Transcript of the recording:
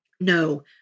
No